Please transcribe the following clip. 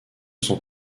sont